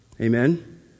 Amen